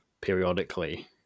periodically